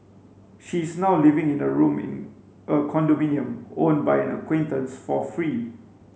she is now living in a room in a condominium owned by an acquaintance for free